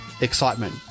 Excitement